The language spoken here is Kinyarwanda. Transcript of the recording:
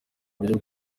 uburyo